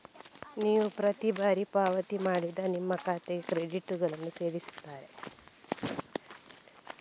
ನೀವು ಪ್ರತಿ ಬಾರಿ ಪಾವತಿ ಮಾಡುವಾಗ ನಿಮ್ಮ ಖಾತೆಗೆ ಕ್ರೆಡಿಟುಗಳನ್ನ ಸೇರಿಸ್ತಾರೆ